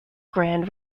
grand